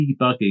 debugging